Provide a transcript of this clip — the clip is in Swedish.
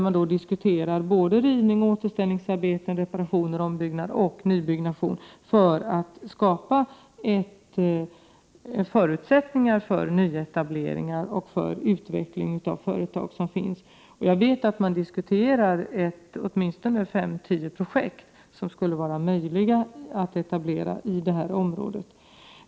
Man diskuterar både rivning, återställningsarbeten, reparationer, ombyggnad och nybyggnation för att skapa förutsättningar för nyetableringar och utveckling av befintliga företag. Jag vet att man diskuterar åtminstone 5-10 projekt som skulle vara möjliga för etablering i det här området.